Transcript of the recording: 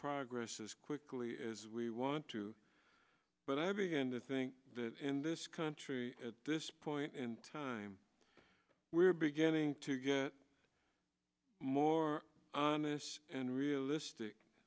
progress as quickly as we want to but i begin to think that in this country at this point in time we're beginning to get more on this and realistic